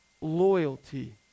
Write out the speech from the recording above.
loyalty